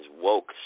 woke